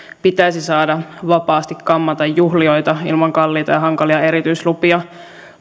pitäisi saada vapaasti kammata juhlijoita ilman kalliita ja hankalia erityislupia